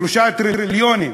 3 טריליונים.